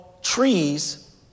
trees